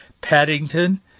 Paddington